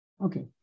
Okay